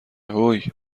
هووی